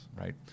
Right